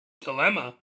Dilemma